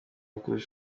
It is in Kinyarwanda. amatsinda